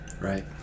right